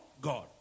God